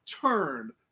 turn